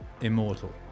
immortal